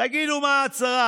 תגידו מה ההצהרה.